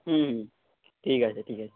হুম ঠিক আছে ঠিক আছে